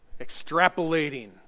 Extrapolating